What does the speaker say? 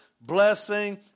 blessing